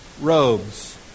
robes